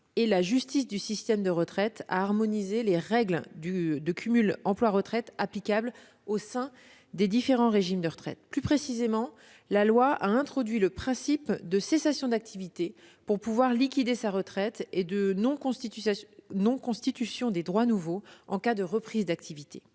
et la justice du système de retraites a harmonisé les règles de cumul d'emploi-retraite applicables au sein des différents régimes de retraite. Plus précisément, la loi a introduit le principe de cessation d'activité pour pouvoir liquider sa retraite et de non-constitution de droits nouveaux en cas de reprise d'activité.